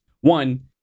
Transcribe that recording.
one